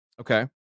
okay